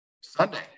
Sunday